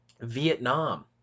vietnam